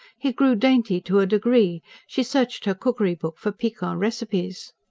he grew dainty to a degree she searched her cookery-book for piquant recipes.